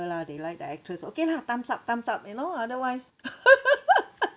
lah they like the actress okay lah thumbs up thumbs up you know otherwise